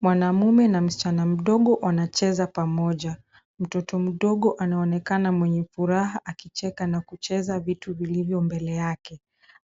Mwanamume na msichana mdogo wanacheza pamoja. Mtoto mdogo anaonekana mwenye furaha, akicheka na kucheza vitu vilivyo mbele yake.